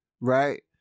right